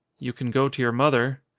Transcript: you can go to your mother.